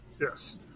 Yes